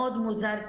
מאוד מוזר,